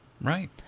Right